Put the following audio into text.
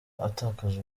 atakaza